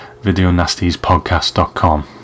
VideoNastiesPodcast.com